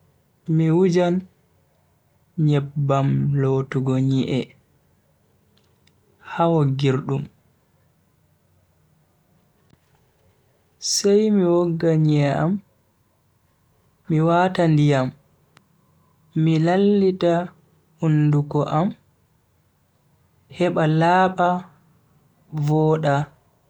Mi wujan nyebban lotugo nyi'e ha woggirdum, sai mi wogga nyi'e am. mi wata ndiyam mi lallita hunduko am heba laaba voda.